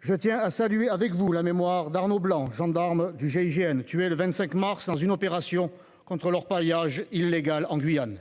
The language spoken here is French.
Je tiens à saluer avec vous la mémoire d'Arnaud Blanc, gendarme du groupe d'intervention de la gendarmerie nationale (GIGN), tué le 25 mars dans une opération contre l'orpaillage illégal en Guyane.